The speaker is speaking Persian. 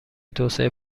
توسعه